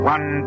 One